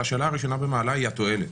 והשאלה הראשונה במעלה היא התועלת.